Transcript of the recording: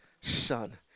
son